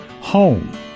Home